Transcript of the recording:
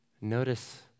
Notice